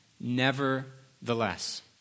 Nevertheless